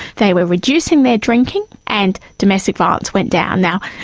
they were reducing their drinking and domestic violence went down. now,